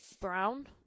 brown